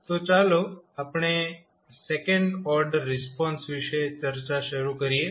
તો ચાલો આપણે સેકન્ડ ઓર્ડર રિસ્પોન્સ વિશે ચર્ચા શરૂ કરીએ